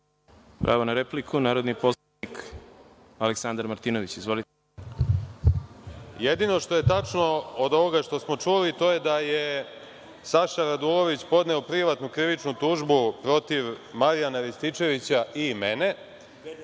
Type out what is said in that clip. Pravo na repliku, narodni poslanik Aleksandar Martinović. **Aleksandar Martinović** Jedino što je tačno od ovoga što smo čuli, to je da je Saša Radulović podneo privatnu krivičnu tužbu protiv Marijana Rističevića i